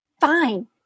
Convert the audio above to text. Fine